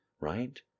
Right